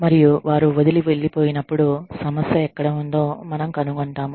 మరియు వారు వదిలి వెళ్ళిపోయినప్పుడు సమస్య ఎక్కడ ఉందో మనం కనుగొంటాము